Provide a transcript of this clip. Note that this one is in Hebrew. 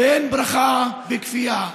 ואין ברכה בכפייה.